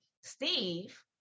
Steve